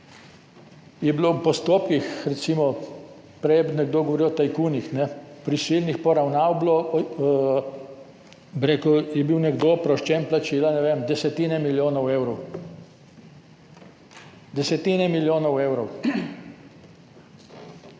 je bil v postopkih, prej je recimo nekdo govoril o tajkunih, prisilnih poravnav nekdo oproščen plačila, ne vem, desetine milijonov evrov. Desetine milijonov evrov.